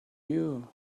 you